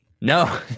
No